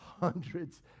hundreds